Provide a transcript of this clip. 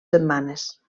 setmanes